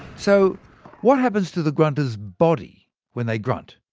so what happens to the grunter's body when they grunt?